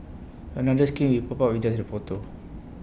another screen will pop up with just the photo